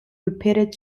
repeated